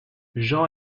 jean